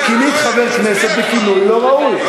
שכינית חבר כנסת בכינוי לא ראוי.